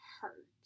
hurt